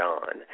on